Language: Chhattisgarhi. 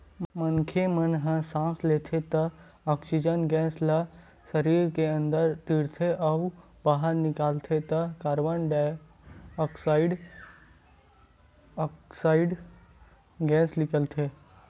मनखे मन ह सांस लेथे त ऑक्सीजन गेस ल सरीर के अंदर तीरथे अउ बाहिर निकालथे त कारबन डाईऑक्साइड ऑक्साइड गेस ल